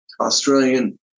Australian